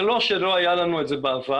זה לא שלא היה לנו את זה בעבר.